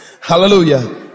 hallelujah